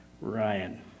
Ryan